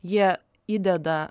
jie įdeda